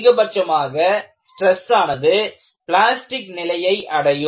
அதிகபட்சமாக ஸ்டிரஸ் ஆனது பிளாஸ்டிக் நிலையை அடையும்